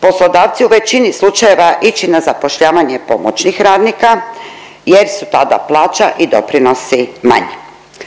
poslodavci u većini slučajeva ići na zapošljavanje pomoćnih radnika jer su tada plaća i doprinosi manji.